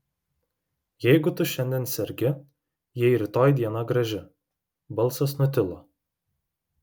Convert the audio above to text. jeigu tu šiandien sergi jei rytoj diena graži balsas nutilo